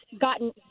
gotten